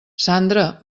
sandra